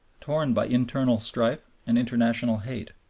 torn by internal strife and international hate,